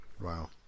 Wow